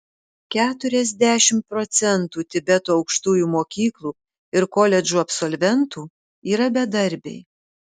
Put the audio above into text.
keturiasdešimt procentų tibeto aukštųjų mokyklų ir koledžų absolventų yra bedarbiai